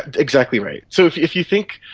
exactly right. so if if you think,